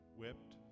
whipped